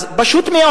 אז פשוט מאוד: